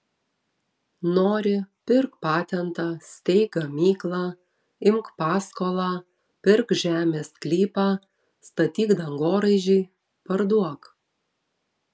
nori pirk patentą steik gamyklą imk paskolą pirk žemės sklypą statyk dangoraižį parduok